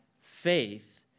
faith